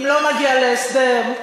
אם לא נגיע להסדר,